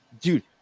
Dude